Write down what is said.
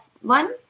one